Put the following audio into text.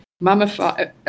mummified